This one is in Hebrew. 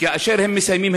וכאשר הם מסיימים,